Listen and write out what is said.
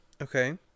okay